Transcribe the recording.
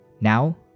Now